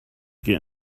get